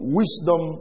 wisdom